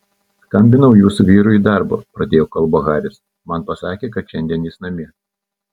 skambinau jūsų vyrui į darbą pradėjo kalbą haris man pasakė kad šiandien jis namie